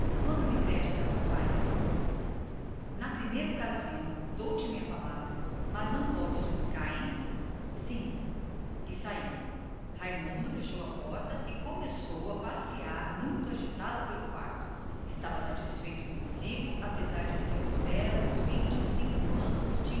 quando me pedes a papai na primeira ocasião dou-te a minha palavra mas não voltes aqui hein sim e saiu raimundo fechou a porta e começou a passear pelo quarto bastante agitado estava satisfeito consigo mesmo apesar dos seus belos vinte e seis anos